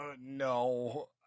no